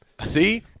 See